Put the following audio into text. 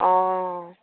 অঁ